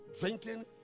drinking